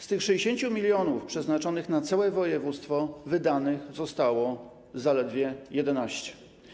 Z tych 60 mln przeznaczonych na całe województwo wydanych zostało zaledwie 11.